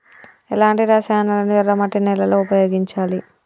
ఎలాంటి రసాయనాలను ఎర్ర మట్టి నేల లో ఉపయోగించాలి?